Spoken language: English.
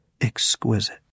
exquisite